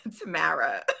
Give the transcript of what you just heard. Tamara